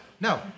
No